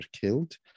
killed